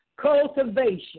cultivation